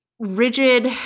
rigid